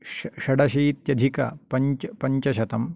षडाशीत्यधिकपञ्चशतं